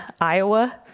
Iowa